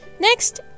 Next